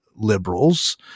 Liberals